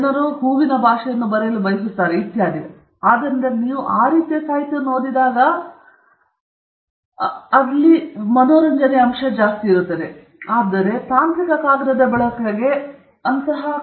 ಜನರು ಕೆಲವು ಹೂವಿನ ಭಾಷೆಯನ್ನು ಬರೆಯಲು ಬಯಸುತ್ತಾರೆ ಇತ್ಯಾದಿ ಮತ್ತು ಆದ್ದರಿಂದ ನೀವು ಆ ರೀತಿಯ ಸಾಹಿತ್ಯವನ್ನು ಓದಿದಾಗ ಅದು ತಾಂತ್ರಿಕ ಕಾಗದದ ಬಳಕೆಗೆ ತಪ್ಪು ಉದಾಹರಣೆಯಾಗಿದೆ